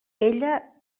ella